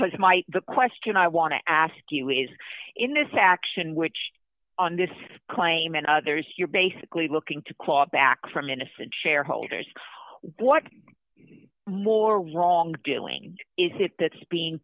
i cause my the question i want to ask you is in this action which on this claim and others you're basically looking to claw back from innocent shareholders what more wrongdoing is it that's being